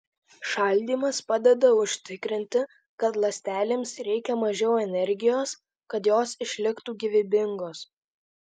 šaldymas padeda užtikrinti kad ląstelėms reikia mažiau energijos kad jos išliktų gyvybingos